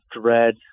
dread